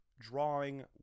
drawing